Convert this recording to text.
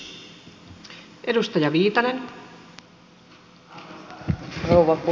arvoisa rouva puhemies